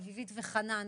אביבית וחנן,